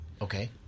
Okay